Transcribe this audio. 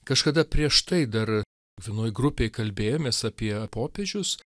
kažkada prieš tai dar vienoj grupėj kalbėjomės apie popiežius